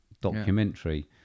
documentary